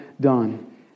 done